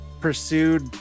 pursued